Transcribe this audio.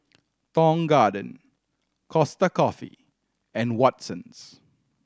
Tong Garden Costa Coffee and Watsons